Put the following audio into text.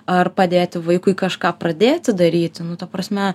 ar padėti vaikui kažką pradėti daryti nu ta prasme